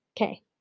Okay